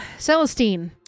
Celestine